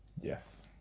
Yes